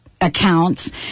accounts